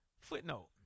Footnote